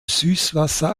süßwasser